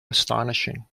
astonishing